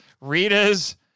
Rita's